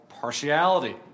partiality